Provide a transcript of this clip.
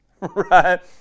right